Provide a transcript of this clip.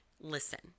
listen